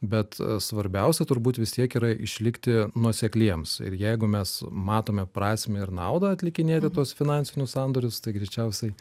bet svarbiausia turbūt vis tiek yra išlikti nuosekliems ir jeigu mes matome prasmę ir naudą atlikinėti tuos finansinius sandorius tai greičiausiai